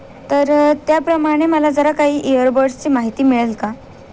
तर त्याप्रमाणे मला जरा काही इयरबड्सची माहिती मिळेल का